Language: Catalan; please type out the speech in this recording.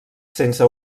sense